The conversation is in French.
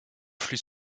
flux